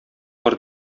бар